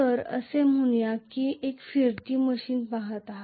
तर असे म्हणूया मी एक फिरती मशीन पहात आहे